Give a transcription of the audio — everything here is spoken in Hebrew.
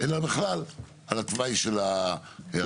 אלא בכלל על התוואי של המטרו,